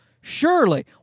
surely